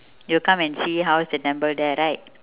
you'd come and see how is the temple there right